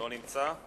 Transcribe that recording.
לא נמצא,